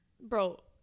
bro